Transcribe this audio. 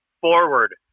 forward